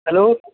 hello